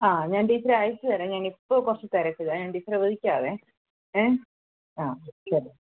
അ ഞാന് ടീച്ചറേ അയച്ചുതരാം ഞാൻ ഇപ്പോൾ കുറച്ച് തിരക്കിലാണ് ഞാന് ടീച്ചറെ വിളിക്കാമേ ഏ ആ ശരി